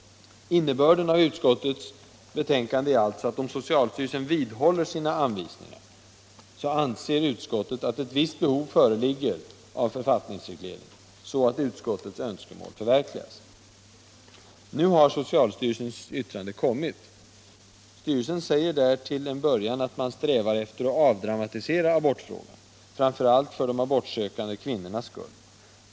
Innebörden är alltså, att om socialstyrelsen vidhåller sina anvisningar, anser utskottet att ett visst behov föreligger av författningsreglering, så att utskottets önskemål förverkligas. Nu har socialstyrelsens yttrande kommit. Styrelsen säger där till en början att man strävar efter att avdramatisera abortfrågan, framför allt för de abortsökande kvinnornas skull.